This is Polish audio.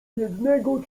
jednego